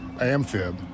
Amphib